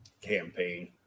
campaign